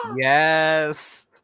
Yes